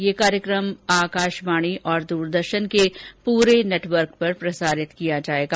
यह कार्यक्रम आकाशवाणी और दूरदर्शन के पूरे नेटवर्क पर प्रसारित किया जाएगा